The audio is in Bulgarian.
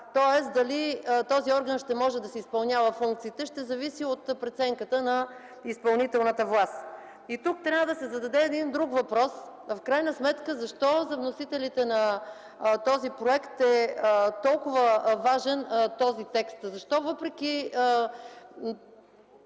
Тоест дали този орган ще може да си изпълнява функциите, ще зависи от преценката на изпълнителната власт. Тук трябва да се зададе един друг въпрос: в крайна сметка защо за вносителите на проекта е толкова важен този текст? Защо, въпреки